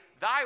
thy